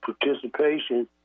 participation